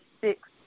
six